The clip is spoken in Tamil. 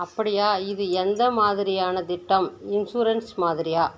அப்படியா இது எந்த மாதிரியான திட்டம் இன்ஷூரன்ஸ் மாதிரியா